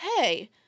hey